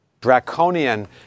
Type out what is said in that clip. Draconian